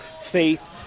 Faith